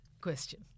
question